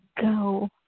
go